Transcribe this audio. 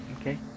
Okay